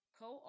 co